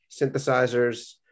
synthesizers